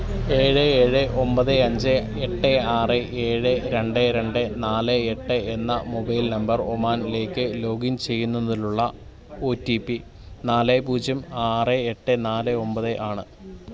ഏഴ് ഏഴ് ഒമ്പത് അഞ്ച് എട്ട് ആറ് ഏഴ് രണ്ട് രണ്ട് നാല് എട്ട് എന്ന മൊബൈൽ നമ്പർ ഒമാൻലേക്ക് ലോഗിൻ ചെയ്യുന്നതിനുള്ള ഓ റ്റീ പ്പി നാല് പൂജ്യം ആറ് എട്ട് നാല് ഒമ്പത് ആണ്